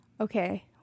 okay